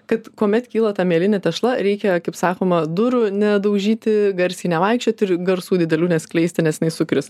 kad kuomet kyla ta mielinė tešla reikia kaip sakoma durų nedaužyti garsiai nevaikščioti ir garsų didelių neskleisti nes jinai sukris